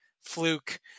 fluke